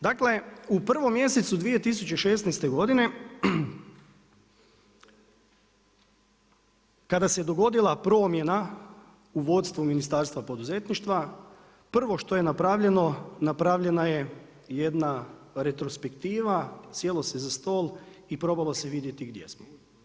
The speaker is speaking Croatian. Dakle, u prvom mjesecu 2016. godine kada se dogodila promjena u Ministarstva poduzetništva, prvo što je napravljeno, napravljena je jedna retrospektiva, sjelo se uza stol i probalo se vidjeti gdje smo.